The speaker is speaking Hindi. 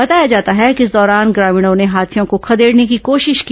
बताया जाता है कि इस दौरान ग्रामीणों ने हाथियों को खदेड़ने की कोशिश की